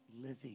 living